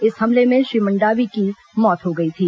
इस हमले में श्री मंडावी की मौत हो गई थी